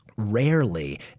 rarely